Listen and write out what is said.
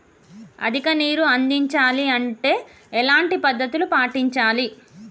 అధిక నీరు అందించాలి అంటే ఎలాంటి పద్ధతులు పాటించాలి?